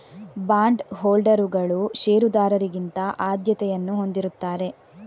bond ಹೋಲ್ಡರುಗಳು ಷೇರುದಾರರಿಗಿಂತ ಆದ್ಯತೆಯನ್ನು ಹೊಂದಿರುತ್ತಾರೆ